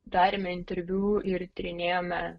darėme interviu ir tyrinėjome